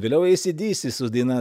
vėliau ei sy dy sy su daina